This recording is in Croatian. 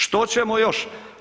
Što ćemo još?